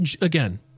again